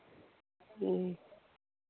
ह्म्म